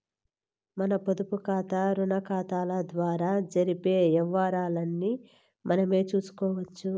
మన పొదుపుకాతా, రుణాకతాల ద్వారా జరిపే యవ్వారాల్ని మనమే సూసుకోవచ్చు